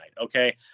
Okay